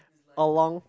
along